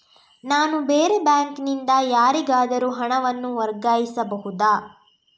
ನಾನು ಬೇರೆ ಬ್ಯಾಂಕ್ ನಿಂದ ಯಾರಿಗಾದರೂ ಹಣವನ್ನು ವರ್ಗಾಯಿಸಬಹುದ?